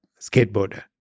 skateboarder